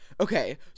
Okay